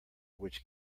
which